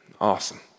Awesome